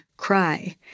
cry